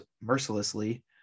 mercilessly